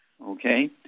Okay